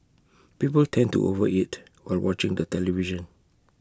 people tend to overeat while watching the television